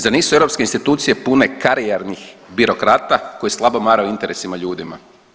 Zar nisu europske institucije pune karijernih birokrata koji slabo mare o interesima ljudima?